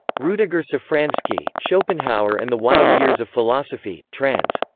rudiger safranski, schopenhauer and the wild years of philosophy, trans.